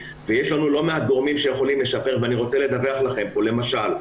ויש לנו לא מעט גורמים שיכולים לשפר ואני רוצה לדווח לכם פה: למשל,